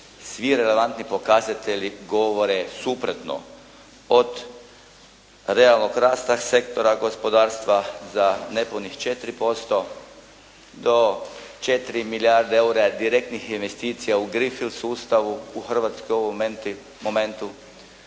svi relevantni pokazatelji govore suprotno. Od realnog rasta sektora gospodarstva za nepunih 4% do 4 milijarde eura direktnih investicija u green field sustavu u Hrvatskoj u